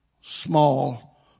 small